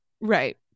right